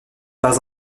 pas